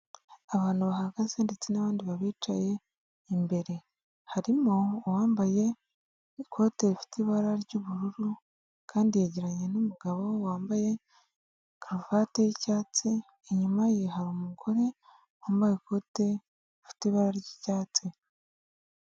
abantu bahagaze ndetse n'abandi babicaye imbere. Harimo uwambaye ikote rifite ibara ry'ubururu kandi yegeranye n'umugabo wambaye karuvati y'icyatsi, inyuma ye hari umugore wambaye ikote rifite ibara ry'icyatsi.